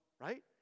Right